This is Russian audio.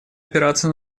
опираться